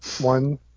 one